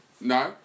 No